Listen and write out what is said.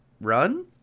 run